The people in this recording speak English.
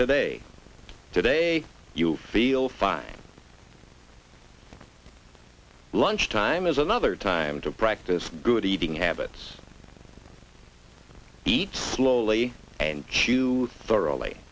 today today you feel fine lunchtime is another time to practice good eating habits eat slowly and queue thoroughly